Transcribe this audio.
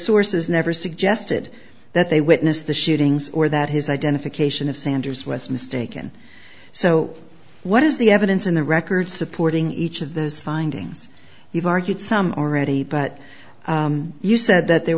sources never suggested that they witnessed the shootings or that his identification of sanders was mistaken so what is the evidence in the record supporting each of those findings you've argued some already but you said that there